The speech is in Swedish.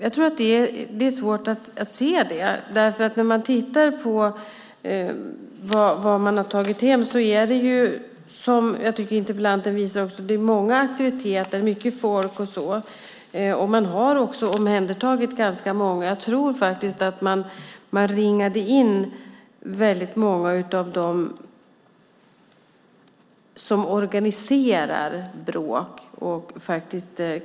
Jag tror att det är svårt att se att så skulle ha varit fallet, för om man tittar på vad som tagits hem var det, som interpellanten också säger, många aktiviteter och mycket folk. Man omhändertog också ganska många personer. Jag tror att man faktiskt klarade av att ringa in många av dem som organiserar bråk.